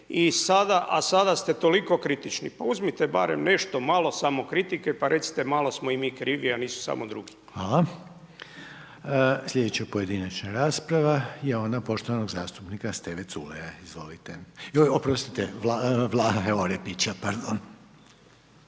a sada ste toliko kritični. Pa uzmite barem nešto malo samokritike pa recite malo smo i mi krivi a nisu samo drugi. **Reiner, Željko (HDZ)** Hvala. Slijedeća pojedinačna rasprava je ona poštovanog zastupnika Steve Culeja, izvolite. Joj, oprostite, Vlahe Orepića, pardon.